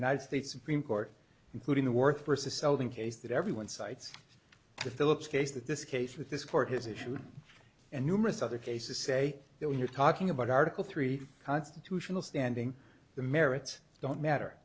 united states supreme court including the worth versus selling case that everyone cites the phillips case that this case with this court has issued and numerous other cases say that when you're talking about article three constitutional standing the merits don't matter